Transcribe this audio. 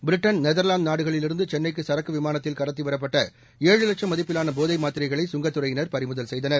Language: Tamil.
பிரிட்டன் நெதர்வாந்து நாடுகளிலிருந்து சென்னைக்கு சரக்கு விமானத்தில் கடத்திவரப்பட்ட ஏழு லட்சம் மதிப்பிலான போதை மாத்திரைகளை சுங்கத்துறையினர் பநிமுதல் செய்தனர்